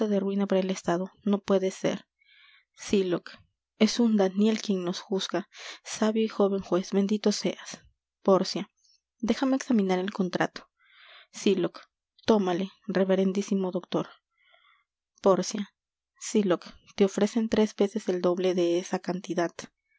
para el estado no puede ser sylock es un daniel quien nos juzga sabio y jóven juez bendito seas pórcia déjame examinar el contrato sylock tómale reverendísimo doctor pórcia sylock te ofrecen tres veces el doble de esa cantidad